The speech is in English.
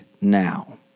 now